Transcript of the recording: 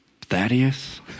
Thaddeus